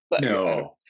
no